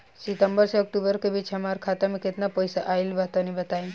सितंबर से अक्टूबर के बीच हमार खाता मे केतना पईसा आइल बा तनि बताईं?